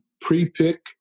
pre-pick